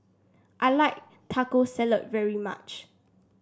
I like Taco Salad very much